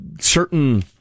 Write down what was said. certain